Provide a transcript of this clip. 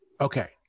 Okay